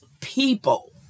people